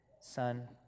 Son